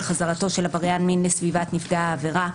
חזרתו של עבריין מין לסביבת נפגע העבירה,